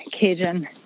Cajun